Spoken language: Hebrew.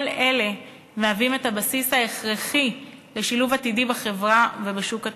כל אלה מהווים את הבסיס ההכרחי לשילוב עתידי בחברה ובשוק התעסוקה.